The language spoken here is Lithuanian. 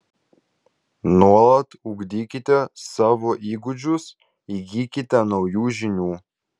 nuolat ugdykite savo įgūdžius įgykite naujų žinių